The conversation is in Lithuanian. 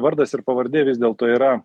vardas ir pavardė vis dėlto yra